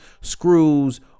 screws